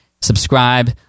subscribe